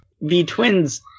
V-Twins